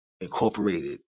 incorporated